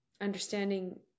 understanding